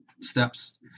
steps